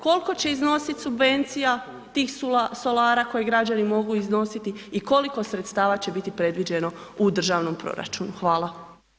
Koliko će iznositi subvencija tih solara koje građani mogu iznositi i koliko sredstva će biti predviđeno u državnom proračunu.